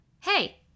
hey